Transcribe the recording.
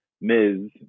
Ms